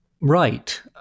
right